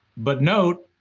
but note,